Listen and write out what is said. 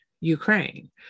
Ukraine